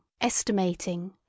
estimating